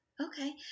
Okay